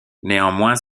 néanmoins